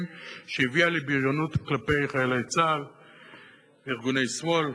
שהביאה לבריונות כלפי חיילי צה"ל וארגוני שמאל.